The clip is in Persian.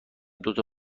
دوتا